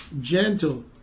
gentle